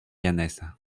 llaneza